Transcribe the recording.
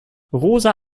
rosa